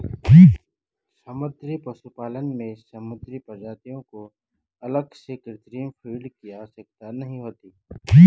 समुद्री पशुपालन में समुद्री प्रजातियों को अलग से कृत्रिम फ़ीड की आवश्यकता नहीं होती